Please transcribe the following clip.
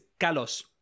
Kalos